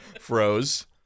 Froze